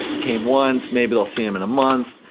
came once, maybe i'll see them in a month,